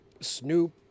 Snoop